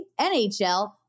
NHL